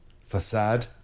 facade